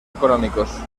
económicos